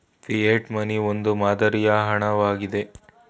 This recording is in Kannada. ಫಿಯೆಟ್ ಮನಿ ಒಂದು ಮಾದರಿಯ ಹಣ ವಾಗಿದೆ